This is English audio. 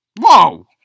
Whoa